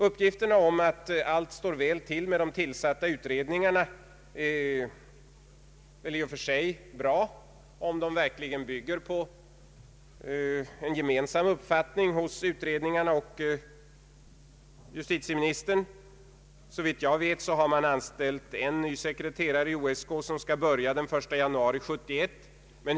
Uppgifterna om att allt står väl till med de tillsatta utredningarna är bra, om de verkligen bygger på en gemensam uppfattning hos utredningarna och justitieministern. Såvitt jag vet har man anställt en ny sekreterare i OSK, som skall börja den 1 januari 1971.